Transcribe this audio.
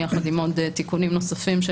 זאת